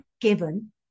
given